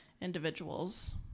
individuals